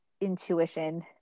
intuition